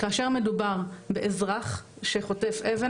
כאשר מדובר באזרח שחוטף אבן,